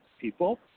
people